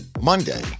Monday